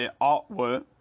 artwork